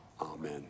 Amen